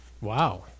Wow